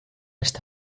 está